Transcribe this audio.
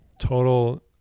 Total